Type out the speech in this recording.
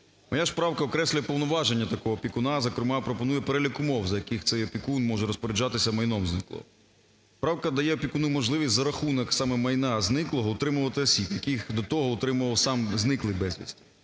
Моя ж правка окреслює повноваження такого опікуна, зокрема пропонує перелік умов, за яких цей опікун може розпоряджатися майном зниклого. Правка дає опікуну можливість за рахунок саме майна зниклого утримувати осіб, яких до того утримував сам зниклий безвісти.